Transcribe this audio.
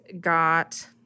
got